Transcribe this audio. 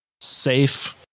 safe